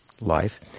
life